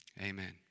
amen